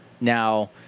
Now